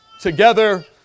together